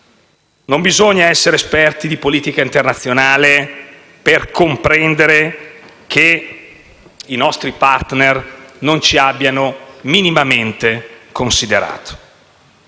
Non bisogna essere esperti di politica internazionale per comprendere che i nostri *partner* non ci abbiano minimamente considerato.